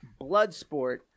Bloodsport